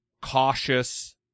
cautious